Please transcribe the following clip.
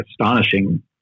astonishing